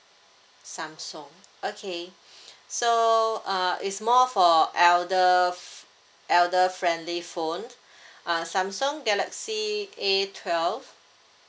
samsung okay so uh is more for elder f~ elder friendly phone uh samsung galaxy A twelve